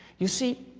you see